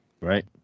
Right